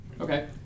Okay